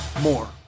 more